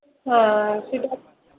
হ্যাঁ সেটা